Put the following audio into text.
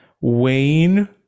wayne